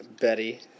Betty